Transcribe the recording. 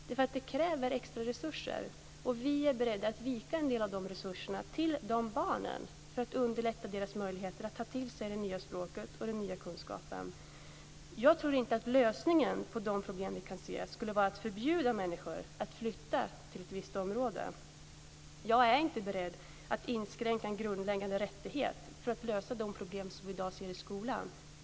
Detta kräver extra resurser, och vi är beredda att vika en del av resurserna till de barnen för att förbättra deras möjligheter att ta till sig det nya språket och den nya kunskapen. Jag tror inte att lösningen på de problem som vi kan se skulle vara att förbjuda människor att flytta till ett visst område. Jag är inte beredd att inskränka en grundläggande rättighet för att lösa de problem som vi i dag ser i skolan.